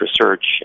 research